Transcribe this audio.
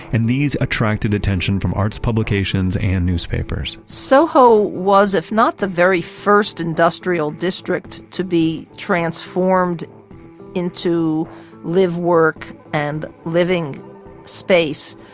and these attracted attention from arts publications and newspapers soho was if not the very first industrial district to be transformed into live, work and living space.